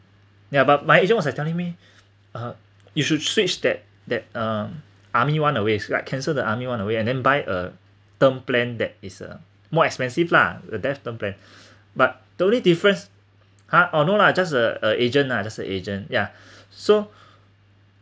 ya but my agent was like telling me um you should switch that that um army [one] away is like cancel the army [one] away and then buy a term plan that is a more expensive lah the deaf plan but the only difference ha orh no lah just a a agent lah just a agent ya so